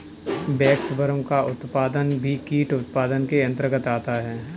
waxworm का उत्पादन भी कीट उत्पादन के अंतर्गत आता है